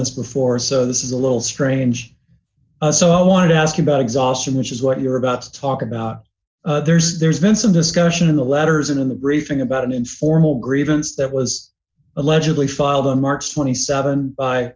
this before so this is a little strange so i want to ask you about exhaustion which is what you're about to talk about there's there's been some discussion in the letters and in the briefing about an informal grievance that was allegedly filed a march t